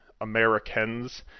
Americans